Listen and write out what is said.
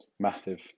Massive